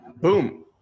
boom